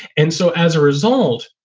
and so as a result,